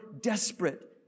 desperate